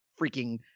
freaking